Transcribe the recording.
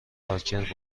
پارکر